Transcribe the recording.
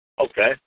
Okay